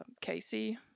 Casey